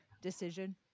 decision